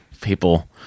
people